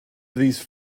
these